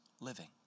living